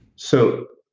so,